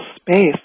space